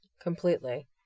Completely